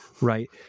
right